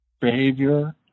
behavior